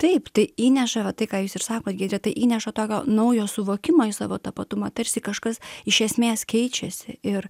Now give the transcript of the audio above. taip tai įneša va tai ką jūs ir sakot giedre tai įneša tokio naujo suvokimo į savo tapatumą tarsi kažkas iš esmės keičiasi ir